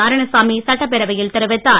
நாராயணசாமி சட்டப்பேரவையில் தெரிவித்தார்